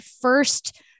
first